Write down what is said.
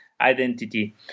identity